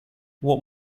what